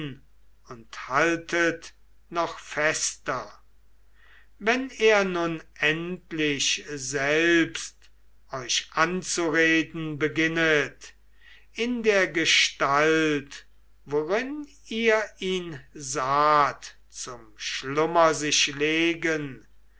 und haltet noch fester wenn er nun endlich selbst euch anzureden beginnet in der gestalt worin ihr ihn saht zum schlummer sich legen